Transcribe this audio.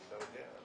אני לא יודע.